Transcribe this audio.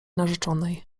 narzeczonej